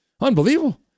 unbelievable